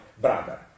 brother